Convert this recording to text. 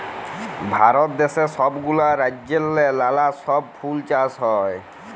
ভারত দ্যাশে ছব গুলা রাজ্যেল্লে লালা ছব ফুল চাষ হ্যয়